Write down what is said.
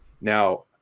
Now